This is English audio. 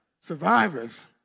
survivors